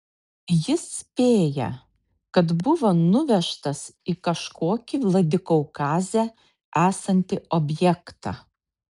jis spėja kad buvo nuvežtas į kažkokį vladikaukaze esantį objektą